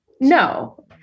no